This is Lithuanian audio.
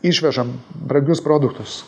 išvežam brangius produktus